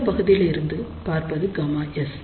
இந்தப் பகுதியிலிருந்து பார்ப்பது Γs